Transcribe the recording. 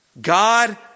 God